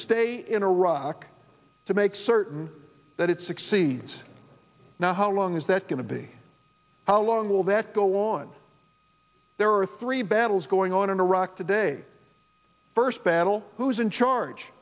stay in iraq to make certain that it succeeds now how long is that going to be how long will that go on there are three battles going on in iraq today first battle who's in charge